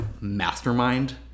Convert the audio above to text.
mastermind